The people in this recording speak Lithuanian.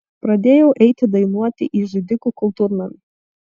pradėjau eiti dainuoti į židikų kultūrnamį